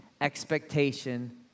expectation